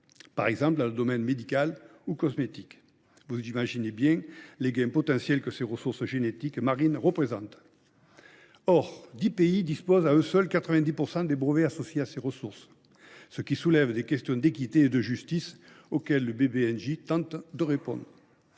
par exemple dans le domaine médical ou cosmétique. Vous imaginez les gains potentiels que ces ressources génétiques marines représentent ; or dix pays disposent à eux seuls de 90 % des brevets associés à ces ressources, ce qui soulève des questions d’équité et de justice auxquelles le BBNJ tente de répondre.